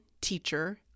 teacher